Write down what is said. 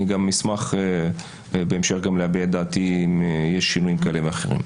אני גם אשמח בהמשך להביע את דעתי אם יש שינויים כאלה ואחרים.